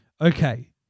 Okay